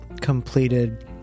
completed